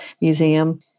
museum